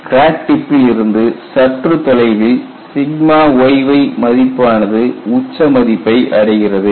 crack டிப்பில் இருந்து சற்று தொலைவில் yy மதிப்பு ஆனது உச்ச மதிப்பை அடைகிறது